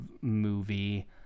movie